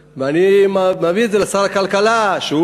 ואני רוצה לקנות את סוג הקטניות שאשתי רוצה שאני אקנה,